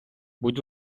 будь